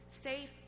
Safe